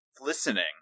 listening